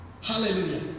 Hallelujah